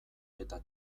eta